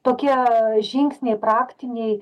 tokie žingsniai praktinėj